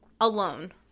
alone